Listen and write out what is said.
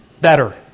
better